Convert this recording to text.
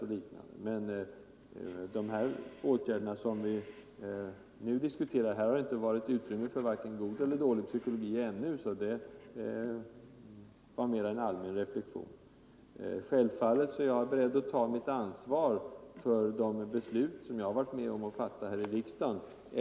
I fråga om de åtgärder som vi nu diskuterar har det inte varit så stort utrymme för vare sig god eller dålig psykologi ännu. Mitt tal om dålig psykologi var alltså mer en allmän reflektion. Självfallet är jag beredd att ta mitt ansvar för de beslut som jag har varit med om att fatta här i riksdagen.